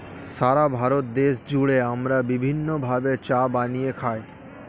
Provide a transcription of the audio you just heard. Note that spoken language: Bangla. সারা ভারত দেশ জুড়ে আমরা বিভিন্ন ভাবে চা বানিয়ে খাই